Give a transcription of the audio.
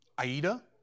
Aida